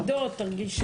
תציגי.